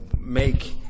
make